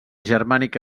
germànic